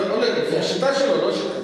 לפי השיטה שלו, לא שלי.